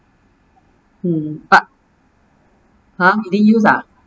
mm but !huh! you didn't use ah